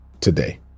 today